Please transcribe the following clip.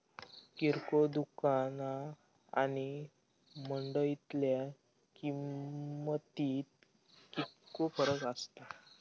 किरकोळ दुकाना आणि मंडळीतल्या किमतीत कितको फरक असता?